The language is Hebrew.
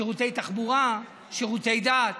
שירותי תחבורה, שירותי דת.